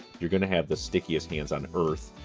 you're gonna have the stickiest hands on earth,